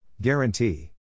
Guarantee